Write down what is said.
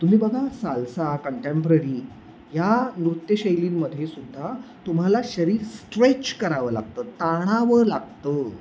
तुम्ही बघा salsa contemporary या नृत्यशैलींमध्ये सुद्धा तुम्हाला शरीर स्ट्रेच करावं लागतं ताणावं लागतं